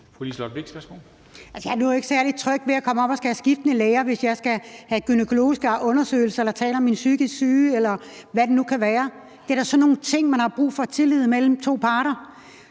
Liselott Blixt (DF): Altså, jeg er nu ikke særlig tryg ved at komme op til skiftende læger, hvis jeg skal have foretaget en gynækologisk undersøgelse eller skal tale om psykisk sygdom, eller hvad det nu kan være. Det er da i forbindelse med sådan nogle ting, at man har brug for tillid mellem to parter.